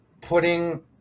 putting